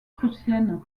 prussienne